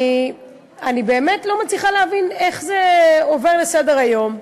אני באמת לא מצליחה להבין איך זה עובר בסדר-היום,